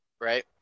Right